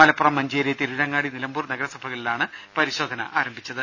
മലപ്പുറം മഞ്ചേരി തിരൂരങ്ങാടി നിലമ്പൂർ നഗരസഭകളിലാണ് പരിശോധന ആരംഭിച്ചത്